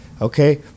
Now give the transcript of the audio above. okay